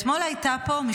אתמול הייתה פה,